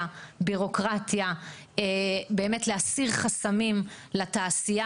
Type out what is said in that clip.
ובירוקרטיה ובאמת להסיר חסמים לתעשייה,